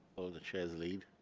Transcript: oh the chairs lead.